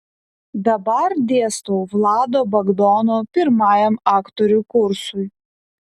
dabar dėstau vlado bagdono pirmajam aktorių kursui